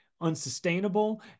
unsustainable